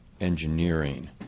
engineering